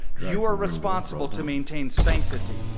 you are responsible to maintain sanctity.